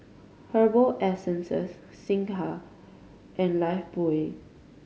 Herbal Essences Singha and Lifebuoy